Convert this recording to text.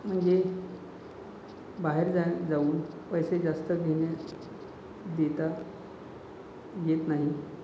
म्हणजे बाहेर जा जाऊन पैसे जास्त घेण्या देता येत नाही